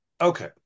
Okay